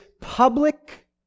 public